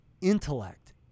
Intellect